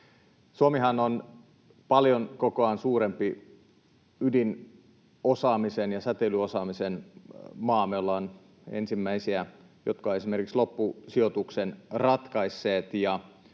Suomihan on paljon kokoaan suurempi ydinosaamisen ja säteilyosaamisen maa. Me ollaan ensimmäisiä, jotka ovat esimerkiksi loppusijoituksen ratkaisseet.